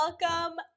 Welcome